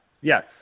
yes